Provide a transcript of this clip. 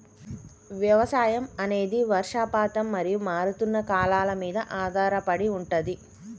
వ్యవసాయం అనేది వర్షపాతం మరియు మారుతున్న కాలాల మీద ఆధారపడి ఉంటది